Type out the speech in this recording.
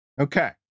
Okay